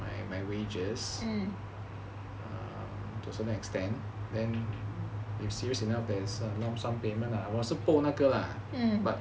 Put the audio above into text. my wages err to a certain extent then if serious enough there's a lump sum payment lah 我是够那个 lah but